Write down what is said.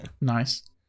Nice